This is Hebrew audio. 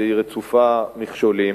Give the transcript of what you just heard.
והיא רצופה מכשולים.